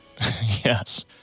Yes